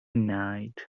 night